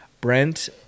Brent